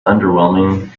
underwhelming